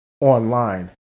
online